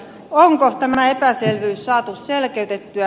onko tämä epäselvyys saatu selkeytettyä